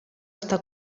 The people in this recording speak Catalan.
està